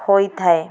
ହୋଇଥାଏ